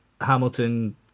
Hamilton